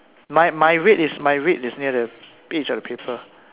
my my red is my red is near the edge of the paper